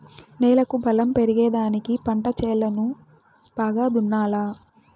నేలకు బలం పెరిగేదానికి పంట చేలను బాగా దున్నాలా